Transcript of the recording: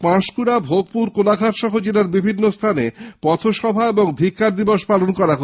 পাঁশকুড়া ভাগপুর কোলাঘাট সহ জেলার বিভিন্ন স্থানে পথসভা ও ধিক্কার দিবস পালন করা হয়